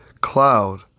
cloud